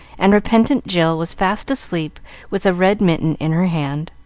and repentant jill was fast asleep with a red mitten in her hand.